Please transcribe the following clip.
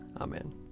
Amen